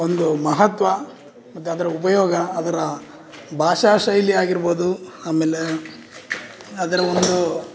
ಒಂದು ಮಹತ್ವ ಮತ್ತು ಅದರ ಉಪಯೋಗ ಅದರ ಭಾಷಾ ಶೈಲಿ ಆಗಿರ್ಬೋದು ಆಮೇಲೆ ಅದರ ಒಂದು